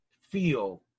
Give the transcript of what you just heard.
feel